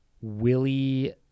willie